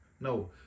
No